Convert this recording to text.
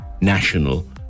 national